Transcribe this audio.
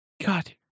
God